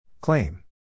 Claim